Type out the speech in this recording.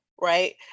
right